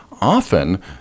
Often